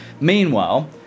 Meanwhile